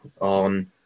on